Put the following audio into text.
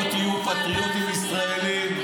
בואו תהיו פטריוטים ישראלים,